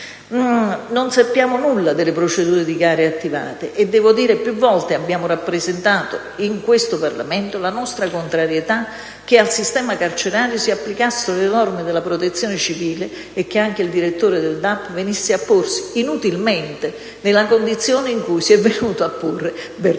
Non sappiamo nulla delle procedure di gara attivate e devo dire che più volte abbiamo rappresentato in questo ramo del Parlamento la nostra contrarietà a che al sistema carcerario si applicassero le norme della Protezione civile e che anche il direttore del DAP venisse a porsi, inutilmente, nella condizione in cui si è venuto a porre il